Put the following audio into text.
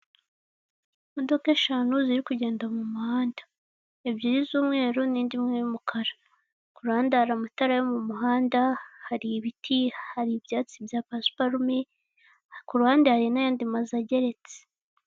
Imodoka eshanu ziri kugenda mu muhanda. Ebyiri z'umweru n'indi imwe y'umukara. Ku ruhande hari amatara yo mu muhanda, hari ibiti, hari ibyatsi bya pasiparume, ku ruhande hari n'ayandi mazu ageretse.